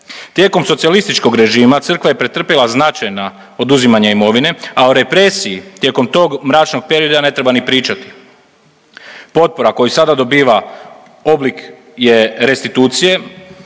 Tijekom socijalističkog režima, Crkva je pretrpjela značajna oduzimanja imovine, a o represiji tijekom tog mračnog perioda ne treba ni pričati. Potpora koju sada dobiva oblik je restitucije,